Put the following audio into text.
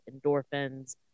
endorphins